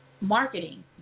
marketing